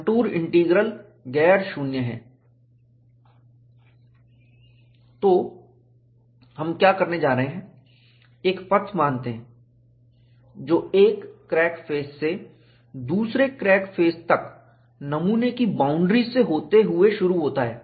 contour integral गैर शून्य है तो हम क्या करने जा रहे हैं एक पथ मानते हैं जो एक क्रैक फेस से दूसरे क्रैक फेस तक नमूने की बाउंड्री से होते हुए शुरू होता है